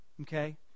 Okay